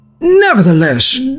Nevertheless